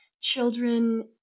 children